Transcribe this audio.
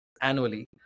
annually